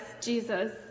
Jesus